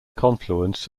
confluence